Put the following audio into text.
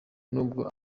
nubwo